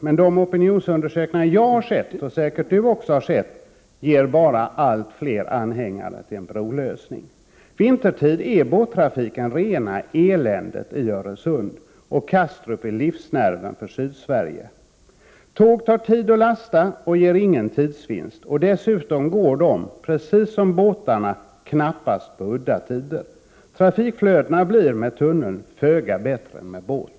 Men enligt de opinionsundersökningar som jag har sett, och som säkert även Ulla Tillander har sett, blir broanhängarna allt fler. Vintertid är båttrafiken i Öresund rena eländet, och Kastrup är livsnerven för Sydsverige. Tåg tar tid att lasta och ger ingen tidsvinst. Dessutom går de, precis som båtarna, knappast på udda tider. Med en tunnel skulle trafikflödena bli föga bättre än med båt.